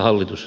puhemies